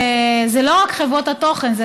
זה לא רק חברות התוכן,